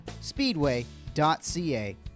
speedway.ca